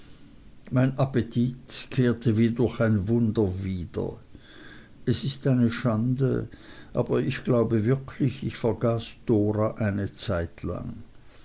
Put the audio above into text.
mein appetit kehrte wie durch ein wunder wieder es ist eine schande aber ich glaube wirklich ich vergaß dora eine